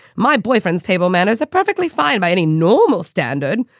my boyfriend's table manners are perfectly fine by any normal standard.